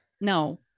No